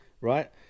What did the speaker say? Right